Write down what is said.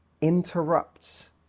interrupts